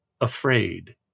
afraid